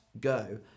go